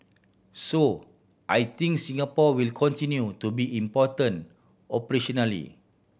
so I think Singapore will continue to be important operationally